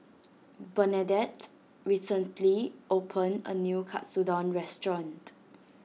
Bernadette recently opened a new Katsudon restaurant